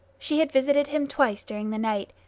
she had visited him twice during the night,